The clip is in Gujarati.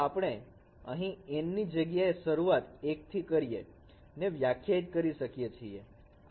તો આપણે અહીં N ની જગ્યાએ શરૂઆત 1 થી કરી ને વ્યાખ્યાયીત કરી શકીયે છીએ